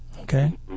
Okay